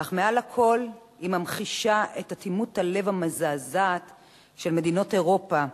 אך מעל לכול היא ממחישה את אטימות הלב המזעזעת של מדינות אירופה,